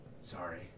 Sorry